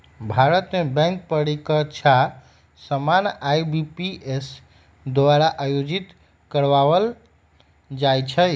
भारत में बैंक परीकछा सामान्य आई.बी.पी.एस द्वारा आयोजित करवायल जाइ छइ